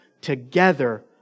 together